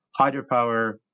hydropower